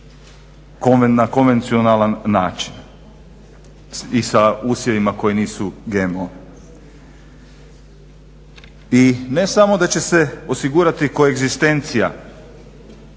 na konvencionalan način i sa usjevima koji nisu GMO. I ne samo da će se osigurati koegzistencija